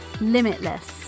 Limitless